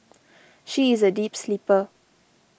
she is a deep sleeper